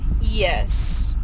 Yes